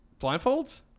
Blindfolds